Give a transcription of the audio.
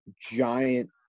giant